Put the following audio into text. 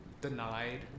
denied